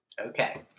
okay